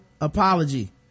apology